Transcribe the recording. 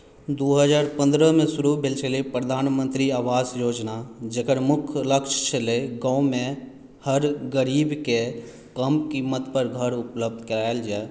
दू हजार पन्द्रहमे शुरु भेल छलै प्रधानमन्त्री आवास योजना जेकर मुख्य लक्ष्य छलै गाँवमे हर गरीबकेँ कम कीमत पर घर उपलब्ध कराएल जाय